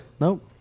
Nope